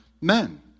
men